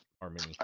harmony